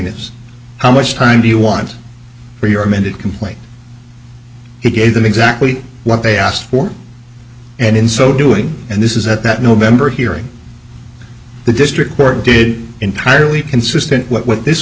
is how much time do you want for your amended complaint it gave them exactly what they asked for and in so doing and this is at that november hearing the district court did entirely consistent what this